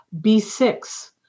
B6